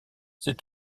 c’est